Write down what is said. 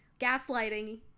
Gaslighting